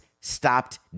stopped